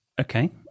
Okay